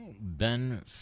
Ben